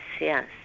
yes